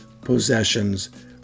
possessions